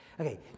Okay